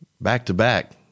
back-to-back